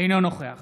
אינו נוכח